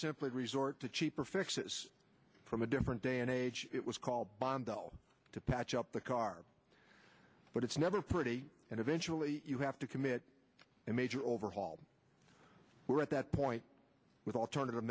simply resort to cheaper fixes from a different day and age it was called bondo to patch up the car but it's never pretty and eventually you have to commit a major overhaul we're at that point with alternative